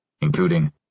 including